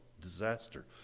disaster